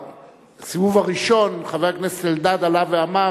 בסיבוב הראשון חבר הכנסת אלדד עלה ואמר